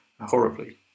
horribly